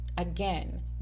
Again